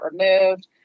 removed